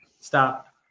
Stop